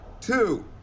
two